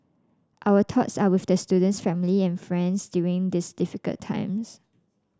our thoughts are with the student's family and friends during this difficult times